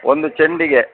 ಒಂದು ಚಂಡಿಗೆ